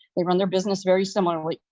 they run their business very similarly,